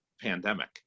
pandemic